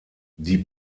die